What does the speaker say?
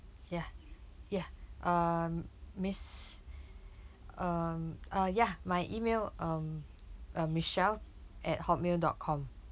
ya ya um miss um uh ya my email um uh michelle at hotmail dot com